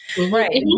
Right